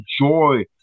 joy